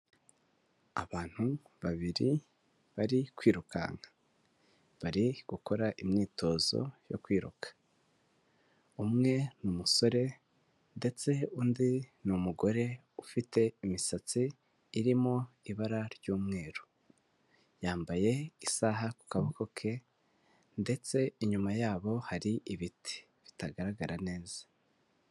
Abantu babiri bari kwirukanka bari gukora imyitozo yo kwiruka, umwe ni umusore ndetse undi ni umugore ufite imisatsi irimo ibara ry'umweru. Yambaye isaha ku kaboko ke ndetse inyuma yabo hari ibiti bitagaragara neza.